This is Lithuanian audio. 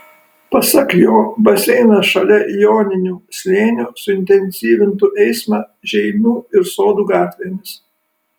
pasak jo baseinas šalia joninių slėnio suintensyvintų eismą žeimių ir sodų gatvėmis